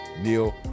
Neal